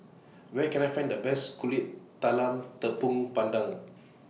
Where Can I Find The Best Talam Tepong Pandan